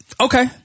Okay